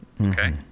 Okay